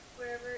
Wherever